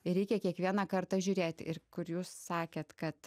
ir reikia kiekvieną kartą žiūrėti ir kur jūs sakėt kad